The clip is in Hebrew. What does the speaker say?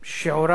שיעורם